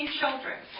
children